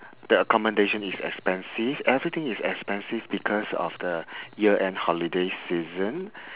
the accommodation is expensive everything is expensive because of the year end holiday season